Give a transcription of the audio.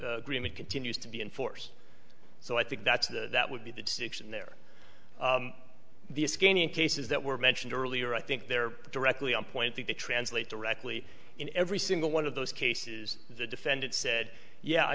agreement continues to be in force so i think that's the that would be the distinction there the skinny in cases that were mentioned earlier i think they're directly on point that they translate directly in every single one of those cases the defendant said yeah i